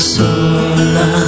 sola